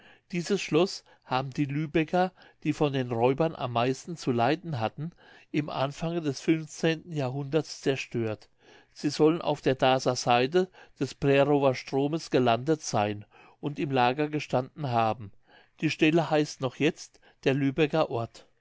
dieses schloß haben die lübecker die von den räubern am meisten zu leiden hatten im anfange des funfzehnten jahrhunderts zerstört sie sollen auf der darßer seite des prerow stromes gelandet seyn und im lager gestanden haben die stelle heißt noch jetzt der lübecker ort